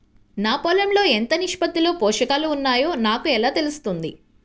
నా పొలం లో ఎంత నిష్పత్తిలో పోషకాలు వున్నాయో నాకు ఎలా తెలుస్తుంది?